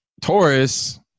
Taurus